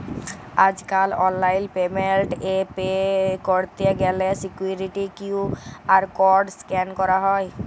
আজ কাল online payment এ পে ক্যরত গ্যালে সিকুইরিটি কিউ.আর কড স্ক্যান ক্যরা হ্য়